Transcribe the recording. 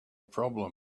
problem